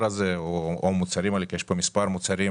הזה או המוצרים האלה כי יש כאן מספר מוצרים